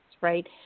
right